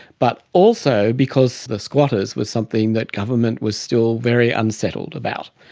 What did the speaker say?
but also because the squatters were something that government was still very unsettled about.